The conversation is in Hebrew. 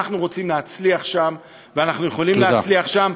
אנחנו רוצים להצליח שם ואנחנו יכולים להצליח שם,